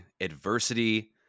adversity